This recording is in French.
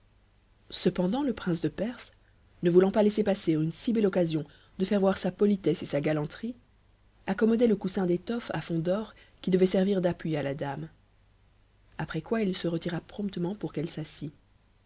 cependant le prince de perse ne voulant pas laisser passer une si belle occasion de faire voir sa politesse et sa galanterie accommodait le coussin d'étone à fond d'or qui devait servir d'appui à la dame après quoi il se t'cm'a promptement pour qu'elle s'assit